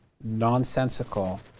nonsensical